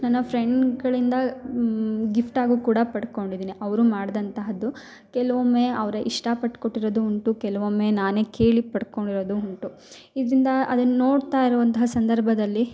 ನನ್ನ ಫ್ರೆಂಡ್ಗಳಿಂದ ಗಿಫ್ಟ್ ಆಗು ಕೂಡ ಪಡ್ಕೊಂಡಿದೇನೆ ಅವರು ಮಾಡ್ದಂತಹದ್ದು ಕೆಲ್ವೊಮ್ಮೆ ಅವ್ರ ಇಷ್ಟಪಟ್ಟು ಕೆಲ್ವೊಮ್ಮೆ ನಾನೇ ಕೇಳಿ ಪಡ್ಕೊಂಡಿರೋದು ಉಂಟು ಇದರಿಂದ ಅದನ್ನ ನೋಡ್ತಾ ಇರುವಂಥ ಸಂದರ್ಭದಲ್ಲಿ